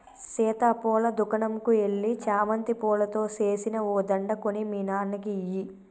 సీత పూల దుకనంకు ఎల్లి చామంతి పూలతో సేసిన ఓ దండ కొని మీ నాన్నకి ఇయ్యి